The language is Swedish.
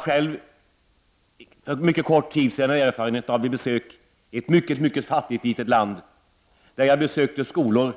Själv fick jag för mycket kort tid sedan erfarenheter vid ett besök i ett mycket fattigt litet land. Jag besökte skolor